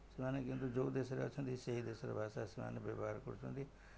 ସେମାନେ କିନ୍ତୁ ଯେଉଁ ଦେଶରେ ଅଛନ୍ତି ସେ ଦେଶର ଭାଷା ବ୍ୟବହାର କରୁଛନ୍ତି